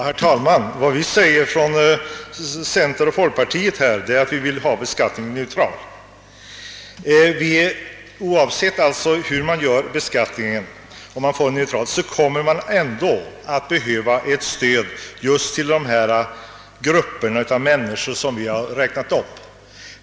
Herr talman! Vad folkpartiet och centerpartiet önskar är att göra beskattningen neutral. Men oavsett hur beskattningsreglerna utformas kommer man att behöva ge ett stöd till just de grupper som vi har räknat upp.